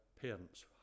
parents